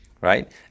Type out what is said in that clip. right